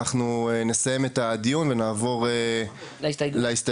אנחנו נסיים את הדיון ונעבור להסתייגויות.